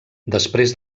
després